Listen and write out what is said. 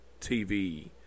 TV